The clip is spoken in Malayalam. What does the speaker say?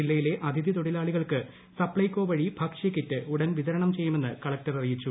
ജില്ലയിലെ അഥിതിതൊഴിലാളികൾക്ക് സപ്ലൈകോ വഴി ഭക്ഷ്യ കിറ്റ് ഉടൻ വിതരണം ചെയ്യുമെന്ന് കലക്ടർ അറിയിച്ചു